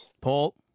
Paul